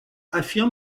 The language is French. affirme